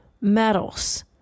metals